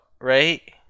right